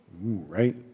right